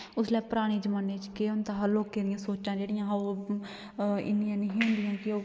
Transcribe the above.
उसलै पराने जमान्ने च केह् होंदा हा लोकें दियां सोचां जेह्ड़ियां हां ओह् इ'न्नियां नेईं हियां होंदियां कि ओह्